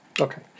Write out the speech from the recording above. Okay